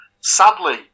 sadly